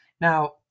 Now